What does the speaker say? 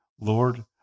Lord